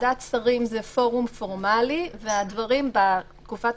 ועדת שרים זה פורום פורמלי והדברים בתקופת